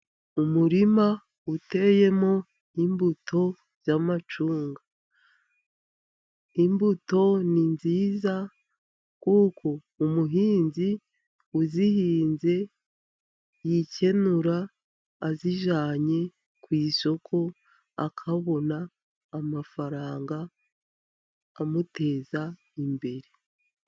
Umurima uteyemo imbuto z'amacunga. Imbuto ni nziza kuko umuhinzi uzihinze yikenura azijyananye ku isoko akabona amafaranga amuteza imbere.